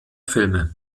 filme